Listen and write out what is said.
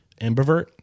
Ambivert